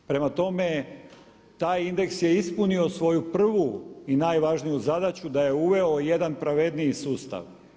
Prema tome, taj indeks je ispunio svoju prvu i najvažniju zadaću da je uveo jedan pravedniji sustav.